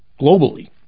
globally